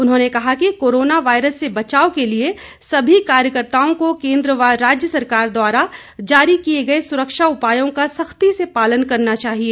उन्होंने कहा कि कोरोना वायरस से बचाव के लिए सभी कार्यकर्ताओं को केंद्र व राज्य सरकार द्वारा जारी किए गए सुरक्षा उपायों का सख्ती से पालन करना चाहिए